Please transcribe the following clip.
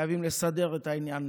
חייבים לסדר את העניין